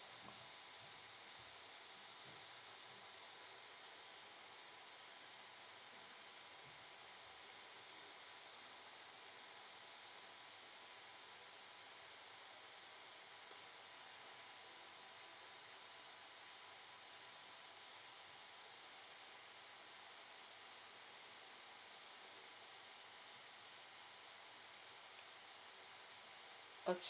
okay